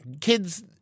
Kids